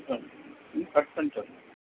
cut பண்ண சொல்